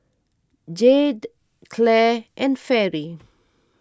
Jayde Clare and Fairy